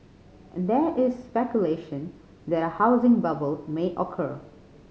there is speculation that a housing bubble may occur